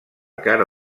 cara